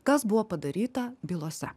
kas buvo padaryta bylose